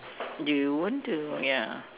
do you want to ya